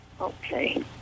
Okay